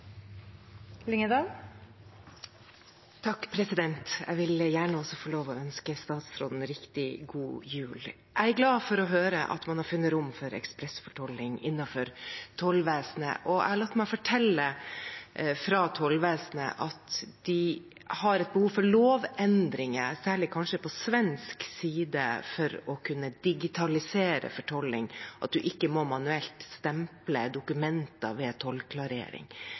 å høre at man har funnet rom for ekspressfortolling innenfor tollvesenet. Jeg har latt meg fortelle fra tollvesenet at de har behov for lovendringer, kanskje særlig på svensk side, for å kunne digitalisere fortolling, slik at man ikke må stemple dokumenter manuelt ved tollklarering.